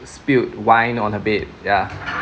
spilled wine on her bed ya